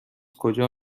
کجا